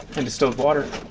and distilled water.